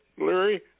Larry